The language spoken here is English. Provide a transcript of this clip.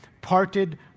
Parted